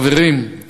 חברים,